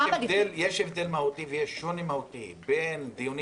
יש הבדל מהותי ויש שוני מהותי בין דיונים